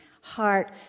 Heart